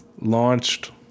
launched